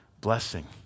blessing